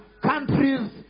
countries